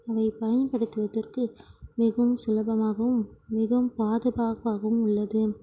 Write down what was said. அவை பயன்படுத்துவதற்கு மிகவும் சுலபமாகவும் மிகவும் பாதுபாப்பாகவும் உள்ளது